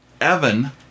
Evan